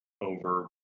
over